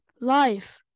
life